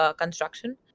construction